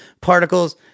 particles